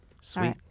Sweet